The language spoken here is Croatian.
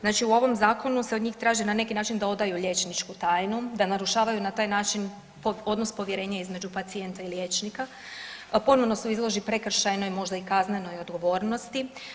Znači u ovom zakonu se od njih traži na neki način da odaju liječničku tajnu, da narušavaju na taj način odnos povjerenja između pacijenta i liječnika, ponovno se izloži prekršajnoj možda i kaznenoj odgovornosti.